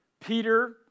Peter